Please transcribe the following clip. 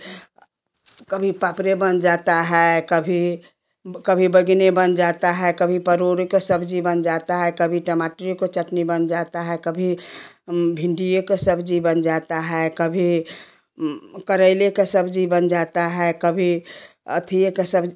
कभी पापड़ बन जाता है कभी वह कभी बैगन बन जाता है कभी परवल के सब्ज़ी बन जाता है कभी टमाटर की चटनी बन जाता है कभी भिंडी क सब्ज़ी बन जाता है कभी करेले के सब्ज़ी बन जाता है कभी अथिए के सब्ज़ी